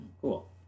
cool